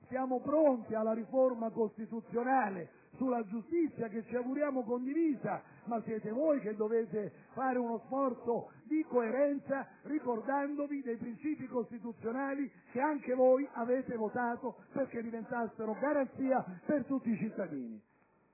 Siamo pronti alla riforma costituzionale sulla giustizia, che ci auguriamo condivisa, ma siete voi che dovete fare uno sforzo di coerenza ricordandovi dei principi costituzionali che anche voi avete votato perché diventassero garanzia per tutti i cittadini.